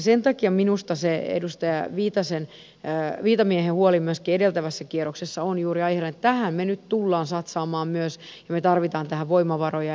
sen takia minusta myöskin edustaja viitamiehen huoli edeltävässä kierroksessa on juuri aiheena että tähän me nyt tulemme satsaamaan myös ja me tarvitsemme tähän voimavaroja